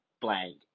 blank